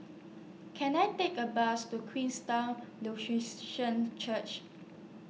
Can I Take A Bus to Queenstown Lutheran Church